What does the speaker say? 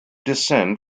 descent